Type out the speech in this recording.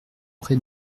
pré